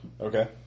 Okay